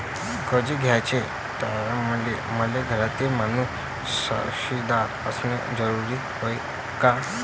कर्ज घ्याचे टायमाले मले घरातील माणूस साक्षीदार असणे जरुरी हाय का?